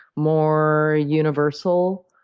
more universal,